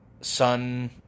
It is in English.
sun